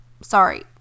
Sorry